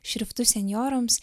šriftu senjorams